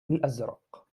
الأزرق